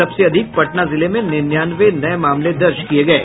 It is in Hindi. सबसे अधिक पटना जिले में निन्यानवे नये मामले दर्ज किये गये